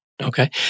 Okay